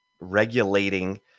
regulating